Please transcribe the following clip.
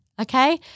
Okay